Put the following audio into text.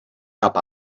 cap